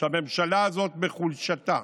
שהממשלה הזאת בחולשתה